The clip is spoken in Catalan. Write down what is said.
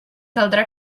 caldrà